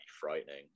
frightening